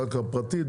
קרקע פרטית.